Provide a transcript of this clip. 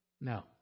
No